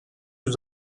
yüz